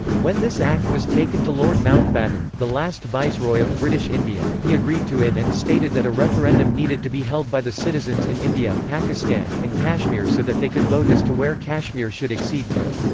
when this act was taken to lord mountbatten, the last viceroy of british india, he agreed to it and stated that a referendum needed to be held by the citizens in india, pakistan, and kashmir so that they could vote as to where kashmir should accede to.